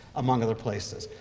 among other places.